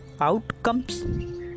outcomes